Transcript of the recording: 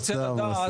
סתם.